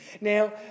Now